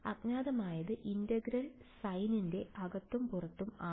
അജ്ഞാതമായത് ഇന്റഗ്രൽ സൈനിന്റെ അകത്തും പുറത്തും ആണോ